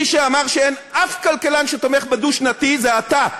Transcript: מי שאמר שאין שום כלכלן שתומך בדו-שנתי זה אתה,